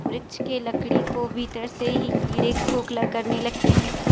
वृक्ष के लकड़ी को भीतर से ही कीड़े खोखला करने लगते हैं